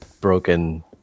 broken